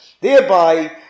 thereby